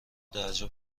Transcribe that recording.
درجا